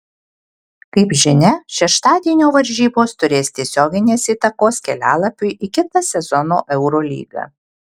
kaip žinia šeštadienio varžybos turės tiesioginės įtakos kelialapiui į kito sezono eurolygą